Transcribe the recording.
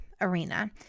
arena